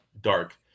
dark